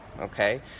okay